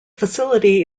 facility